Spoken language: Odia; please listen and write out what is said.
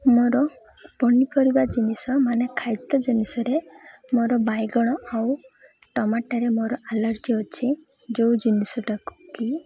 ମୋର ପନିପରିବା ଜିନିଷମାନେ ଖାଦ୍ୟ ଜିନିଷରେ ମୋର ବାଇଗଣ ଆଉ ଟମାଟାରେ ମୋର ଆଲର୍ଜି ଅଛି ଯେଉଁ ଜିନିଷଟାକୁ କି